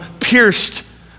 pierced